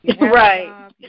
Right